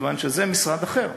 כי זה משרד אחר.